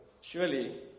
surely